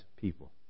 people